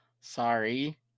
Sorry